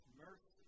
mercy